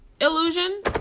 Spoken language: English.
illusion